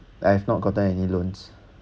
I've not gotten any loans